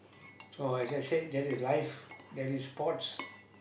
so as I said that is life that is sports